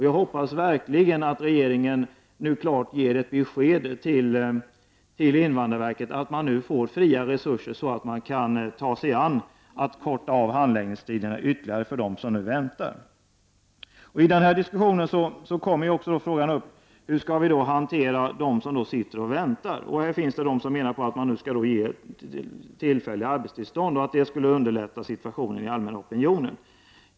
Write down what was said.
Jag hoppas att regeringen nu kommer med ett klart besked till invandrarverket om att man får fria resurser så att verket kan ta sig an och ytterligare förkorta handläggningstiderna för dem som väntar. I diskussionen kommer också frågan upp: Hur skall vi hantera dem som sitter och väntar? Här finns de som menar att man nu skall ge tillfälliga arbetstillstånd, för det skulle underlätta situationen och förbättra den allmänna opinionen.